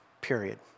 period